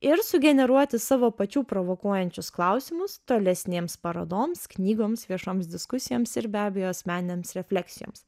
ir sugeneruoti savo pačių provokuojančius klausimus tolesnėms parodoms knygoms viešoms diskusijoms ir be abejo asmeninėms refleksijoms